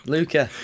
Luca